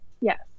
Yes